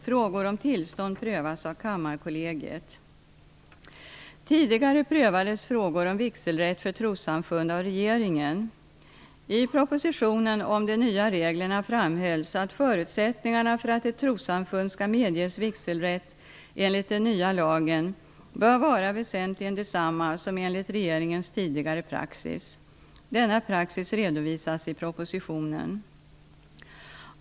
Frågor om tillstånd prövas av Tidigare prövades frågor om vigselrätt för trossamfund av regeringen. I propositionen om de nya reglerna framhölls att förutsättningarna för att ett trossamfund skall medges vigselrätt enligt den nya lagen bör vara väsentligen desamma som enligt regeringens tidigare praxis. Denna praxis redovisas i propositionen.